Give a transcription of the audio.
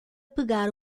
pegar